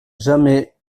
jamais